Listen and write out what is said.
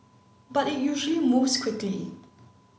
but it usually moves quickly